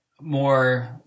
more